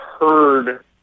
heard